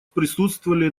присутствовали